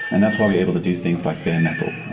and that's why we're able to do things like bare metal.